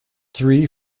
three